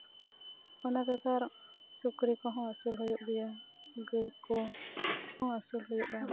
ᱚᱱᱟ ᱵᱮᱜᱚᱨ ᱥᱩᱠᱨᱤ ᱠᱚᱦᱚᱸ ᱟᱹᱥᱩᱞ ᱦᱩᱭᱩᱜ ᱜᱮᱭᱟ ᱜᱟᱹᱭ ᱠᱚᱦᱚᱸ ᱟᱥᱩᱞ ᱦᱩᱭᱩᱜᱼᱟ